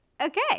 Okay